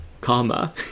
Karma